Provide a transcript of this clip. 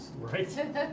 Right